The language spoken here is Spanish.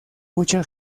mucha